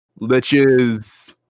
Liches